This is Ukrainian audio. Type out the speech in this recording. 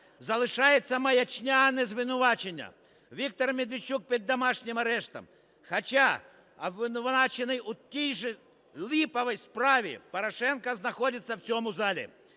залишається маячня, а не звинувачення. Віктор Медведчук під домашнім арештом, хоча обвинувачений у тій же "липовій" справі Порошенко знаходиться в цьому залі.